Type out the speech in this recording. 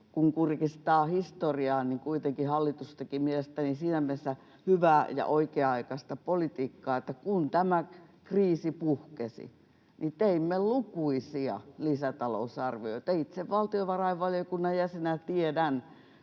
Kun kurkistaa historiaan, kuitenkin hallitus teki mielestäni siinä mielessä hyvää ja oikea-aikaista politiikkaa, että kun tämä kriisi puhkesi, niin teimme lukuisia lisätalousarvioita. Itse valtiovarainvaliokunnan jäsenenä tiedän,